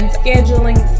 scheduling